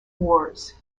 wars